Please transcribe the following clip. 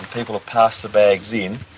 people will pass the bags in,